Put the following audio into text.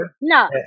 No